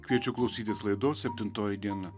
kviečiu klausytis laidos septintoji diena